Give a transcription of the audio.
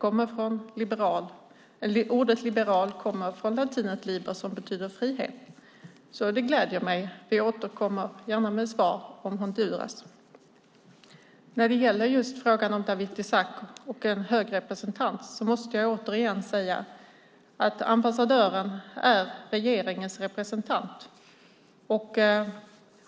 Ordet "liberal" kommer från latinets "liber" som betyder fri, så engagemanget gläder mig. Vi återkommer gärna med svar om Honduras. När det gäller Dawit Isaac och detta med en hög representant måste jag återigen säga att ambassadören är regeringens representant.